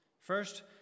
First